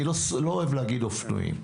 לא אוהב להגיד אופנועים.